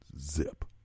zip